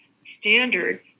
standard